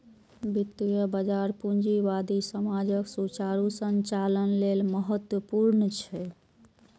वित्तीय बाजार पूंजीवादी समाजक सुचारू संचालन लेल महत्वपूर्ण छै